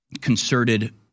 concerted